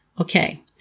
Okay